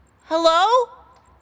Hello